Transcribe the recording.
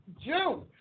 June